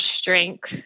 strength